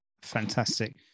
Fantastic